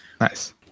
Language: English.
Nice